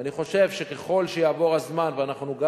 ואני חושב שככל שיעבור הזמן ואנחנו גם